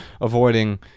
avoiding